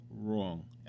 Wrong